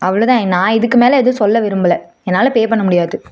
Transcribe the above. அவ்வளோதான் நான் இதுக்கு மேலே எதுவும் சொல்ல விரும்பலை என்னால் பே பண்ண முடியாது